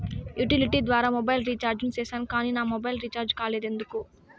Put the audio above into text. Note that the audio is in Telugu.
యుటిలిటీ ద్వారా మొబైల్ రీచార్జి సేసాను కానీ నా మొబైల్ రీచార్జి కాలేదు ఎందుకు?